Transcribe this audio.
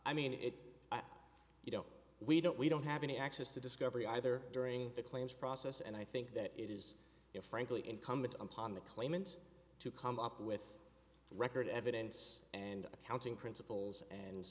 i mean if you don't we don't we don't have any access to discovery either during the claims process and i think that it is frankly incumbent upon the claimant to come up with record evidence and accounting principles and